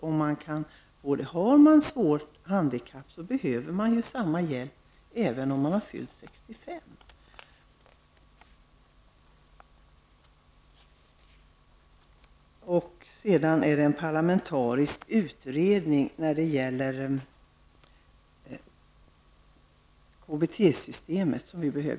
Har man ett svårt handikapp, så behöver man ju samma hjälp även om man har fyllt 65 år. Vi behöver en parlamentarisk utredning när det gäller KBT-systemet.